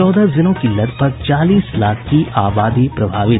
चौदह जिलों की लगभग चालीस लाख की आबादी प्रभावित